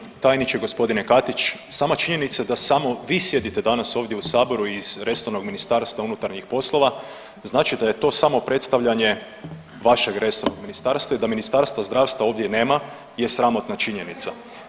Poštovani tajniče gospodine Katić sama činjenica da samo vi sjedite danas ovdje u Saboru iz resornog Ministarstva unutarnjih poslova znači da je to samo predstavljanje vašeg resornog ministarstva i da Ministarstva zdravstva ovdje nema je sramotna činjenica.